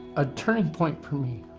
a turning point for me.